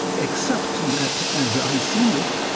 except that, as i see it,